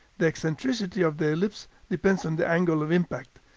the eccentricity of the ellipse depends on the angle of impact,